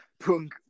Punk